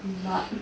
but